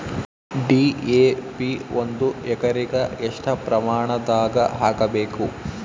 DAP ಒಂದು ಎಕರಿಗ ಎಷ್ಟ ಪ್ರಮಾಣದಾಗ ಹಾಕಬೇಕು?